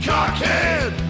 Cockhead